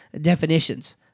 Definitions